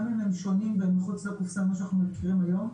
גם אם הם שונים והם מחוץ לקופסה ממה שאנחנו מכירים היום,